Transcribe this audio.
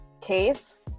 case